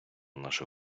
нашу